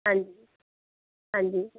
ਹਾਂਜੀ ਹਾਂਜੀ